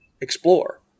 explore